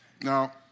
Now